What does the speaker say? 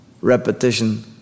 repetition